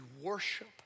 worship